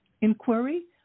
inquiry